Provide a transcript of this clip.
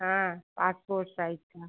हाँ passport size का